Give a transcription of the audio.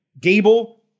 Gable